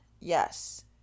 Yes